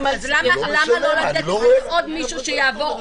למה לא לתת עוד מישהו שיעבור --- אוסנת,